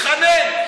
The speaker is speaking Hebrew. התחנן.